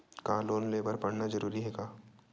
का लोन ले बर पढ़ना जरूरी हे का?